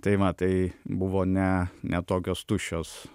tai va tai buvo ne ne tokios tuščios